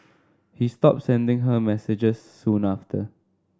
he stopped sending her messages soon after